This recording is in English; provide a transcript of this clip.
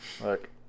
Look